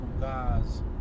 guys